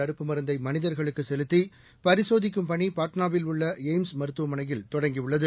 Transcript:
தடுப்பு மருந்தை மனிதர்களுக்கு செலுத்தி பரிசோதிக்கும் பணி பாட்னாவில் உள்ள எப்ம்ஸ் மருத்துவமனையில் தொடங்கியுள்ளது